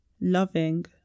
loving